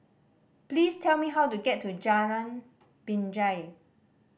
please tell me how to get to Jalan Binjai